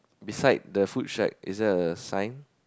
beside the food shack is there a sign